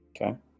Okay